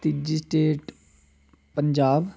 तीजी state Punjab